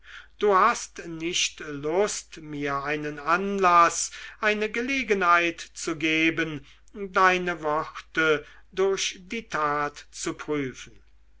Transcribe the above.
du hast nicht lust mir einen anlaß eine gelegenheit zu geben deine worte durch die tat zu prüfen